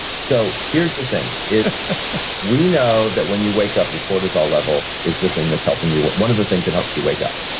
so, here's the thing, is we know that when you wake up, your cortisol level is the thing that's helping you. one of the things that helps you wake up,